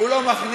הוא לא מכניס.